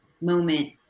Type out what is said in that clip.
moment